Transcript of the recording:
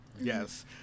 Yes